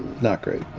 not great.